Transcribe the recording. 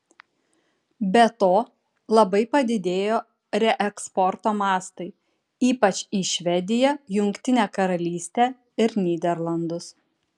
be to labai padidėjo reeksporto mastai ypač į švediją jungtinę karalystę ir nyderlandus